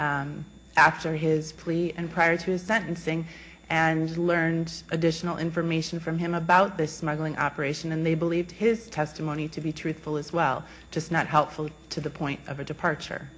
gamez after his plea and prior to his sentencing and learned additional information from him about this smuggling operation and they believed his testimony to be truthful as well just not helpful to the point of departure